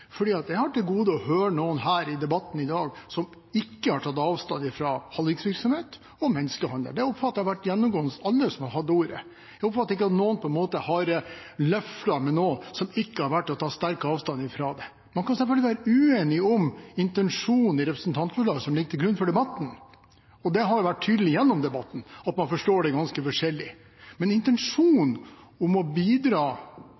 Jeg har til gode å høre noen her i debatten i dag som ikke har tatt avstand fra hallikvirksomhet og menneskehandel. Det oppfatter jeg har vært gjennomgående hos alle som har hatt ordet. Jeg oppfatter ikke at noen på en måte har leflet med det, og ikke har valgt å ta sterk avstand fra det. Man kan selvfølgelig være uenige om intensjonen i representantforslaget som ligger til grunn for debatten, og det har vært tydelig gjennom debatten at man forstår det ganske forskjellig.